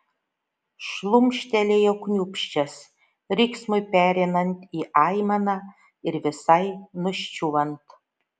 šlumštelėjo kniūbsčias riksmui pereinant į aimaną ir visai nuščiūvant